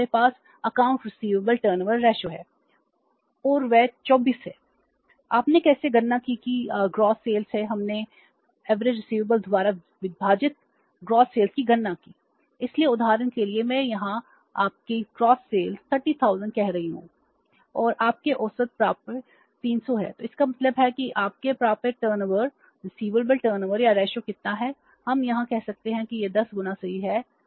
और वह 24 है आपने कैसे गणना की कि सकल बिक्री है 10 गुना है